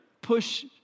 push